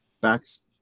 backs